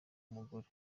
umugore